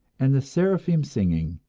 and the seraphim singing,